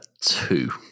two